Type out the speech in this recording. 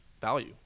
value